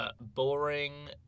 boring